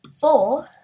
four